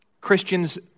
Christians